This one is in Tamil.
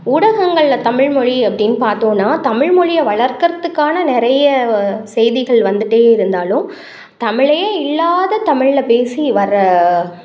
ஊடகங்கள்ல தமிழ்மொழி அப்படின்னு பார்த்தோன்னா தமிழ்மொழியை வளர்க்கிறத்துக்கான நிறைய செய்திகள் வந்துகிட்டே இருந்தாலும் தமிழே இல்லாத தமிழ்ல பேசி வர